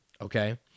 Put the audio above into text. okay